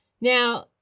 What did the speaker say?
Now